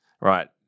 right